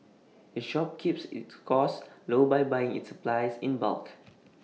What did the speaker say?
the shop keeps its costs low by buying its supplies in bulk